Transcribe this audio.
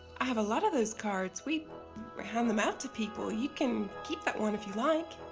i have a lot of those cards. we hand them out to people. you can keep that one if you like.